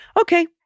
Okay